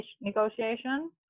negotiation